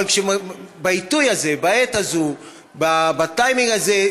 אבל בעיתוי הזה, בעת הזו, בטיימינג הזה,